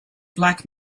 black